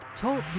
Talk